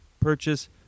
purchase